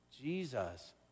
Jesus